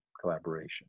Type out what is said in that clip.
collaboration